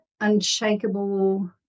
unshakable